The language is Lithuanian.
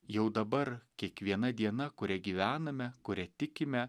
jau dabar kiekviena diena kuria gyvename kuria tikime